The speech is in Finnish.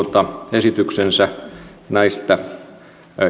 esityksensä näistä